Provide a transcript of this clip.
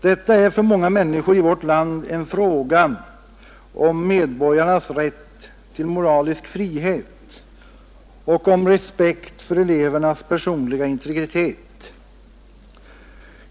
Det är för många människor i vårt land en fråga om medborgarnas rätt till moralisk frihet och om respekt för elevernas personliga integritet.